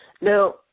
Now